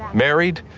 married,